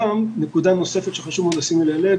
נקודה נוספת שחשוב לשים אליה לב,